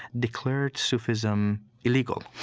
declared sufism illegal,